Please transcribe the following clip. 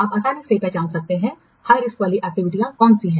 आप आसानी से पहचान सकते हैं कि उच्च जोखिम वाली एक्टिविटीयाँ कौन सी हैं